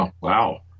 Wow